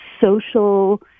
social